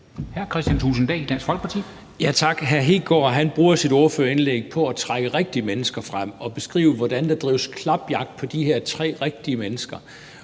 Kristian Thulesen Dahl (DF): Tak. Hr. Kristian Hegaard bruger sit ordførerindlæg på at trække rigtige mennesker frem og på at beskrive, hvordan der drives klapjagt på de her tre rigtige mennesker.